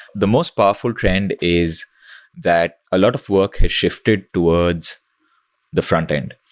the most powerful trend is that a lot of work is shifted towards the frontend.